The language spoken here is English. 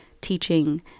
teaching